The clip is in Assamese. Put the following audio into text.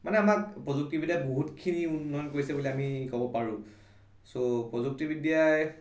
মানে আমাক প্ৰযুক্তিবিদ্যাই বহুতখিনি উন্নয়ন কৰিছে বুলি আমি ক'ব পাৰোঁ চ' প্ৰযুক্তিবিদ্যাই